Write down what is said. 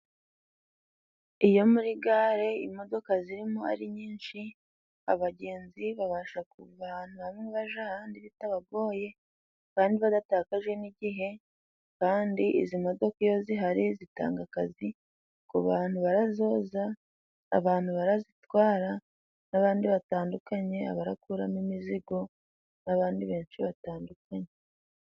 Iyo muri gare imodoka zirimo ari nyinshi abagenzi babasha kuva ahantu hamwe baja ahandi bitabagoye kandi badatakaje n'igihe, kandi izi modoka iyo zihari zitanga akazi ku bantu barazoza, abantu barazitwara, n'abandi batandukanye ,abarakuramo imizigo n'abandi benshi batandukanye.